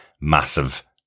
massive